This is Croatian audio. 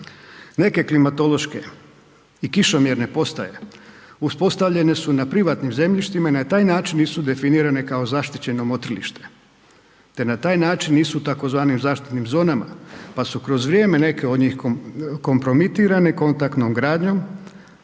Neke klimatološke i kišomjerne postaje, uspostavljene su na privatnim zemljištima i na taj način nisu definirane kao zaštićeno motrilište te na taj način nisu u tzv. zaštitnim zonama, pa su kroz vrijeme neke od njih kompromitirane kontaktnom gradnjom